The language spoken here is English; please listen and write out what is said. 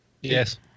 Yes